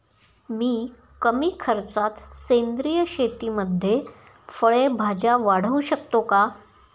मी कमी खर्चात सेंद्रिय शेतीमध्ये फळे भाज्या वाढवू शकतो का?